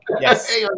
yes